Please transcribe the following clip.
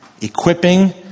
Equipping